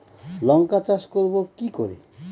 লঙ্কা চাষ করব কি করে?